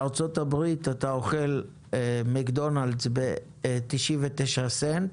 בארצות הברית אתה אוכל מקדונלדס ב-99 סנט,